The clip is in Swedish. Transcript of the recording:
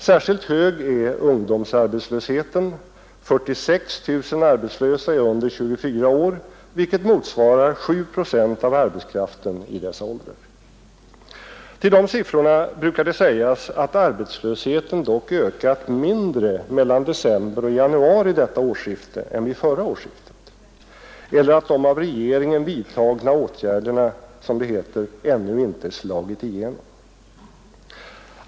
Särskilt hög är ungdomsarbetslösheten — 46 000 arbetslösa är under 24 år, vilket motsvarar 7 procent av arbetskraften i dessa åldrar. Till dessa siffror brukar sägas att arbetslösheten dock ökat mindre mellan december och januari detta årsskifte än vid förra årsskiftet eller att de av regeringen vidtagna åtgärderna — som det heter — ännu inte slagit igenom.